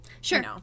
sure